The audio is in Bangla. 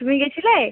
তুমি গেছিলে